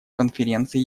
конференция